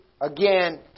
again